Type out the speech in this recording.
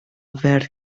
ferch